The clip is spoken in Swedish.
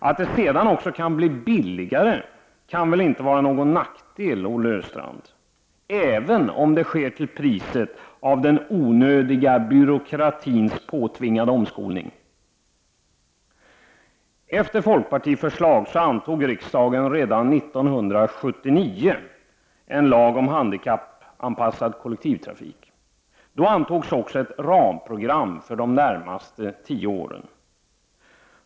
Att det sedan också kan bli billigare kan väl inte vara någon nackdel, Olle Östrand, även om det sker till priset av den onödiga byråkratins påtvingade omskolning. Efter folkpartiförslaget antog riksdagen redan 1979 en lag om handikappanpassad kollektivtrafik. Då antogs också ett ramprogram för de närmaste tio åren.